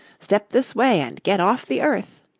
step this way and get off the earth.